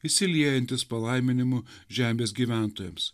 išsiliejantis palaiminimu žemės gyventojams